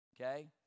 Okay